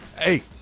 Hey